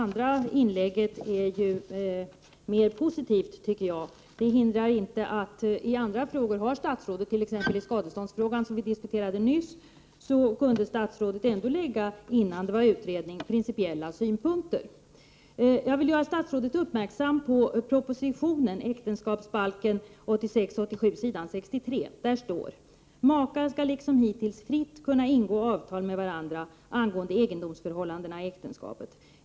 Herr talman! Detta andra inlägg var mera positivt. Det hindrar inte att statsrådet i andra frågor, t.ex. i skadeståndsfrågan som vi nyss diskuterade, kunde anlägga principiella synpunkter innan utredningen var klar. Jag vill göra statsrådet uppmärksam på vad som står i propositionen om äktenskapsbalk från 1986/87: ”Makar skall liksom hittills fritt kunna ingå avtal med varandra angående egendomsförhållandena i äktenskapet.